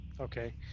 Okay